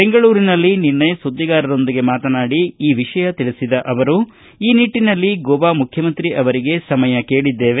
ಬೆಂಗಳೂರಿನಲ್ಲಿ ನಿನ್ನೆ ಸುದ್ದಿಗಾರರೊಂದಿಗೆ ಮಾತನಾಡಿ ಈ ವಿಷಯ ತಿಳಿಸಿದ ಅವರು ಈ ನಿಟ್ಟಿನಲ್ಲಿ ಗೋವಾ ಮುಖ್ಯಮಂತ್ರಿ ಅವರಿಗೆ ಸಮಯ ಕೇಳದ್ದೇವೆ